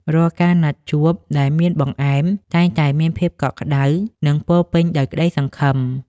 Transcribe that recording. រាល់ការណាត់ជួបដែលមានបង្អែម តែងតែមានភាពកក់ក្ដៅ និងពោរពេញដោយក្តីសង្ឃឹម។